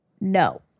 No